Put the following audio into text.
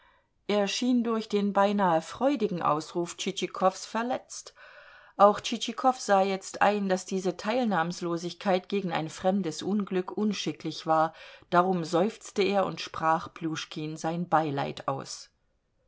schien durch den beinahe freudigen ausruf tschitschikows verletzt auch tschitschikow sah jetzt ein daß diese teilnahmlosigkeit gegen ein fremdes unglück unschicklich war darum seufzte er und sprach pljuschkin sein beileid aus